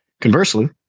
Conversely